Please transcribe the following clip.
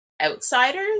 outsiders